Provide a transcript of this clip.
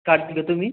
तुम्ही